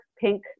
pink